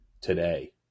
today